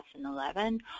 2011